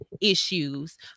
Issues